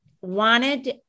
wanted